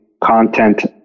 content